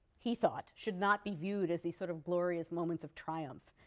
he thought, should not be viewed as the sort of glorious moments of triumph.